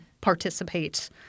participate